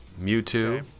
Mewtwo